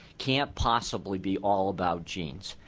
can't possibly be all about genes.